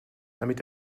damit